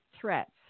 threats